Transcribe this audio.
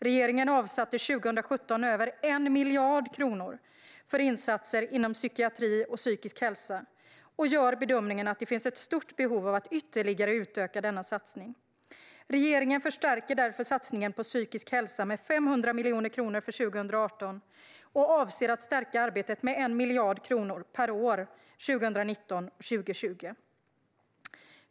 Regeringen avsatte 2017 över 1 miljard kronor för insatser inom psykiatri och psykisk hälsa och gör bedömningen att det finns ett stort behov av att ytterligare utöka denna satsning. Regeringen förstärker därför satsningen på psykisk hälsa med 500 miljoner kronor för 2018 och avser att stärka arbetet med 1 miljard kronor per år 2019 och 2020.